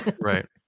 Right